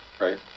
right